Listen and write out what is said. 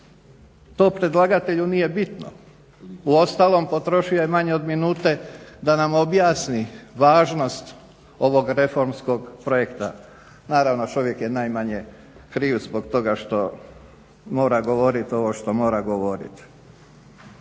To predlagatelju nije bitno, uostalom potrošio je manje od minute da nam objasni važnost ovog reformskog projekta. Naravno, čovjek je najmanje kriv zbog toga što mora govorit ovo što mora govorit.